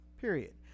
period